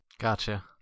Gotcha